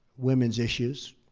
women's issues,